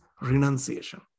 renunciation